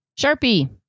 Sharpie